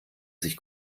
sich